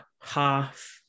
half